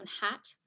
hat